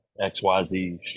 XYZ